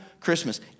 Christmas